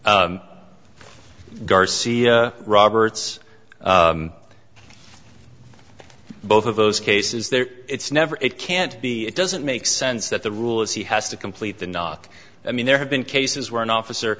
jordan's garcia roberts both of those cases there it's never it can't be it doesn't make sense that the rule is he has to complete the knock i mean there have been cases where an officer